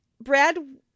Brad